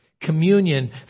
communion